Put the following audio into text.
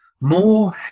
more